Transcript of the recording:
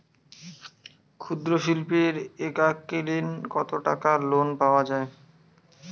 ক্ষুদ্রশিল্পের এককালিন কতটাকা লোন পাওয়া য়ায়?